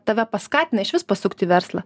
tave paskatina išvis pasukti verslą